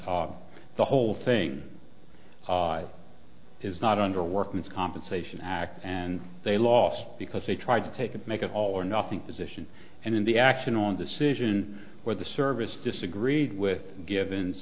e whole thing is not under workman's compensation act and they lost because they tried to take and make it all or nothing position and in the action on decision where the service disagreed with givens